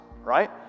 right